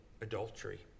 adultery